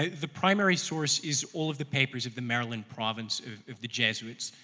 ah the primary source is all of the papers of the maryland province of the jesuits,